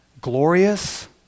glorious